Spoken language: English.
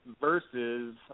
Versus